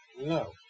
No